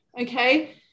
okay